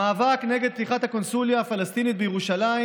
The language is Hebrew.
המאבק נגד פתיחת הקונסוליה הפלסטינית בירושלים